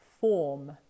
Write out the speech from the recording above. form